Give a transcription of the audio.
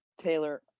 Taylor